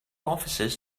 officers